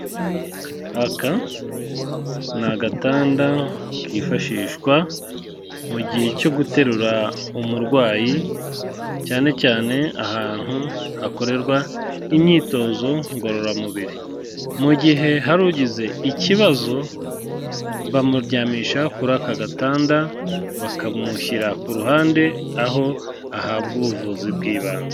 Aka ni agatanda kifashishwa mu gihe cyo guterura umurwayi, cyane cyane ahantu hakorerwa imyitozo ngororamubiri, mu gihe hari ugize ikibazo bamuryamisha kuri aka gatanda, bakamushyira ku ruhande, aho ahabwa ubuvuzi bw'ibanze.